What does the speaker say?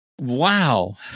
wow